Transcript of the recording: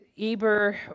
Eber